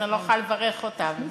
אז אני לא יכולה לברך אותם.